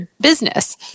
business